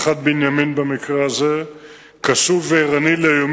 1 2. אדוני יושב-ראש הכנסת,